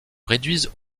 réduisent